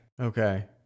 Okay